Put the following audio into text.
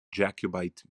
jacobite